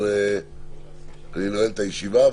אני נועל את הישיבה.